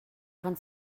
von